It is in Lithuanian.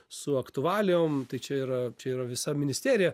su aktualijom tai čia yra čia yra visa ministerija